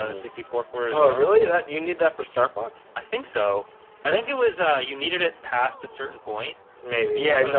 and sixty four for really that you need that for star fox i think so i think it was you needed it past a certain point maybe yeah,